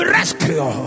Rescue